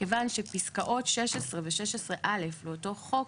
כיוון שפסקאות 16 ו-16(א) באותו חוק,